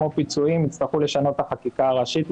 כמו הפיצויים יצטרכו לשנות את החקיקה הראשית,